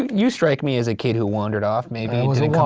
you strike me as a kid who wandered off, maybe didn't come